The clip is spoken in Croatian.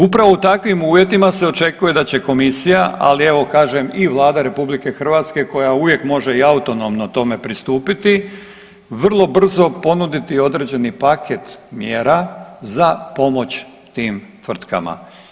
Upravo u takvim uvjetima se očekuje da će komisija, ali evo kažem i Vlada RH koja uvijek može i autonomno tome pristupiti vrlo brzo ponuditi određeni paket mjera za pomoć tim tvrtkama.